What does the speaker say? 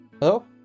hello